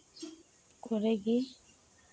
ᱠᱚᱨᱮ ᱜᱮ